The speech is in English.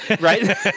Right